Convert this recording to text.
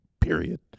Period